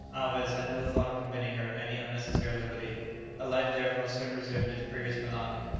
alvez had no thought of permitting her any unnecessary liberty. her life therefore soon resumed its previous monotony.